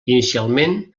inicialment